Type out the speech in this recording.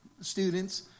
students